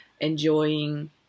enjoying